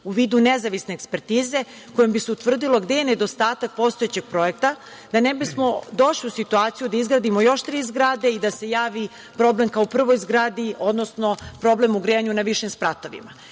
u vidu nezavisne ekspertize kojom bi se utvrdilo gde je nedostatak postojećeg projekta da ne bismo došli u situaciju da izgradimo još tri zgrade i da se javi problem kao kod prve zgrade, odnosno problem u grejanju na višim spratovima. Moje